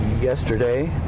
yesterday